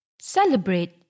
celebrate